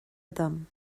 dom